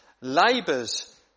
labours